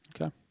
Okay